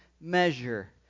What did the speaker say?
measure